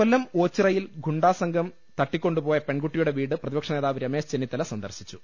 കൊല്ലം ഓച്ചിറയിൽ ഗുണ്ടാസംഘം തട്ടിക്കൊണ്ടു പോയ പെൺകുട്ടിയുടെ വീട് പ്രതിപക്ഷ നേതാവ് രമ്മേശ് ചെന്നിത്തല സന്ദർശിച്ചു